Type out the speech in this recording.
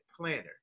planner